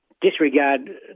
Disregard